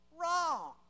Wrong